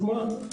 אז כמו, שוב,